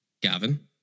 Gavin